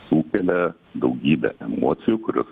sukelia daugybę emocijų kurios